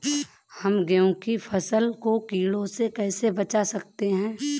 हम गेहूँ की फसल को कीड़ों से कैसे बचा सकते हैं?